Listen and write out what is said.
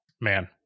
Man